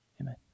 Amen